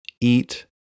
eat